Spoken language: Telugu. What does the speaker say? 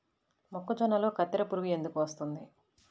మొక్కజొన్నలో కత్తెర పురుగు ఎందుకు వస్తుంది?